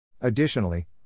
Additionally